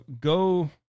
go